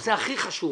בנושא הכי חשוב